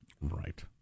Right